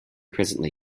presently